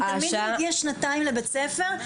אם תלמיד לא מגיע שנתיים לבית הספר,